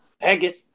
Haggis